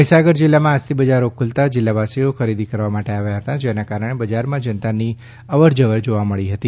મહીસાગર જિલ્લામા આજથી બજારો ખુલતાં જિલ્લાવાસીઓ ખરીદી કરવા માટે આવ્યા હતા જેના કારણે બઝારમાં જનતાની અવાર જવર જોવા મળી રહી હતી